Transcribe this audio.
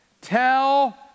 Tell